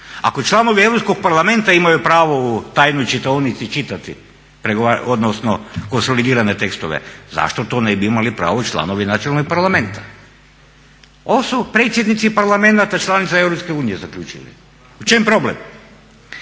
parlamenta imaju pravo u tajnoj čitaonici čitati, odnosno konsolidirane tekstove, zašto to ne bi imali pravo i članovi nacionalnih parlamenata? Ovo su predsjednici parlamenata članica EU zaključili. U čemu je problem?